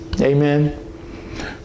Amen